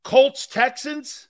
Colts-Texans